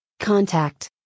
Contact